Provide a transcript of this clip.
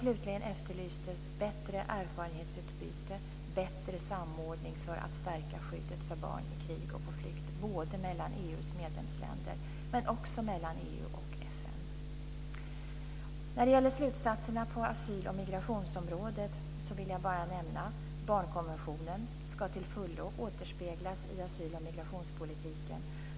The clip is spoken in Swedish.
Slutligen efterlystes bättre erfarenhetsutbyte, bättre samordning för att stärka skyddet för barn i krig och på flykt, både mellan EU:s medlemsländer och mellan EU och FN. När det gäller slutsatserna på asyl och migrationsområdet vill jag bara nämna att barnkonventionen till fullo ska återspeglas i asyl och migrationspolitiken.